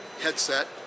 headset